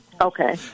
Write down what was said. Okay